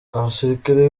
abasirikare